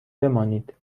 بمانید